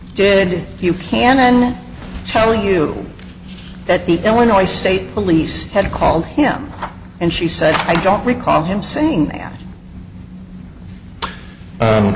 did you can then telling you that the illinois state police had called him and she said i don't recall him saying that